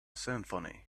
symphony